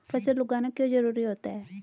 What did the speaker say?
फसल उगाना क्यों जरूरी होता है?